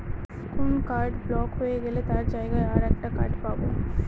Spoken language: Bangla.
কোন কার্ড ব্লক হয়ে গেলে তার জায়গায় আর একটা কার্ড পাবো